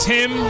Tim